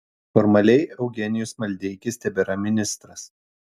formaliai eugenijus maldeikis tebėra ministras